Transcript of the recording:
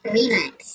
relax